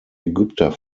ägypter